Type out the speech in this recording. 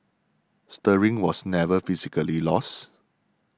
steering was never physically lost